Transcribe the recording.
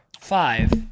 five